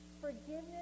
Forgiveness